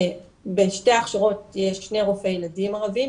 בשתי ההכשרות היו שני רופאי ילדים ערבים,